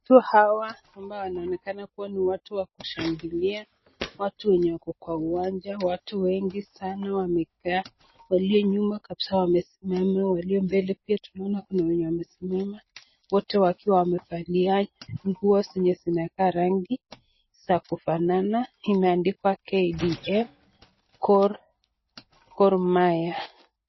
Watu hawa ambao wanaonekana ni watu wa kushangilia, watu wenye wako kwa uwanja, watu wengi sana wamekaa, walio nyuma kabisaa wamesimama, walio mbele pia tunaona kuna wenye wamesimama. Wote wakiwa wamevalia nguo zenye zinakaa rangi za kufanana, imeandikwa KDF Gor Mahia.